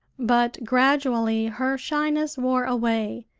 but gradually her shyness wore away,